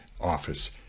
office